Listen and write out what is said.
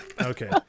Okay